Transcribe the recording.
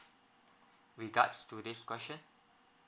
regards to this question